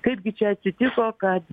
kaip gi čia atsitiko kad